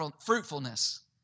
fruitfulness